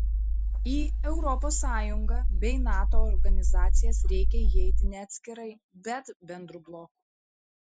į europos sąjungą bei nato organizacijas reikia įeiti ne atskirai bet bendru bloku